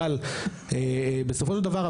אבל בסופו של דבר,